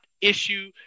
issue